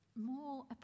more